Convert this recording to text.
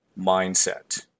mindset